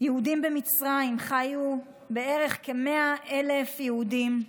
יהודים במצרים חיו בערך כ-100,000 יהודים,